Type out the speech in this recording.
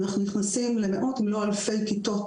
אנחנו נכנסים למאות אם לא אלפי כיתות